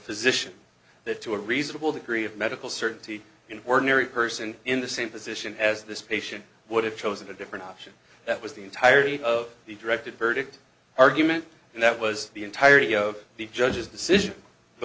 physician that to a reasonable degree of medical certainty in ordinary person in the same position as this patient what if chosen a different option that was the entirety of the directed verdict argument and that was the entirety of the judge's decision the